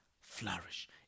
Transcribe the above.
flourish